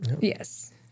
Yes